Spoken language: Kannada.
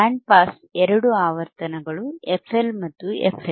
ಬ್ಯಾಂಡ್ ಪಾಸ್ ಎರಡು ಆವರ್ತನಗಳು FL ಮತ್ತು FH